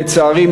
לצערי,